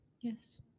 Yes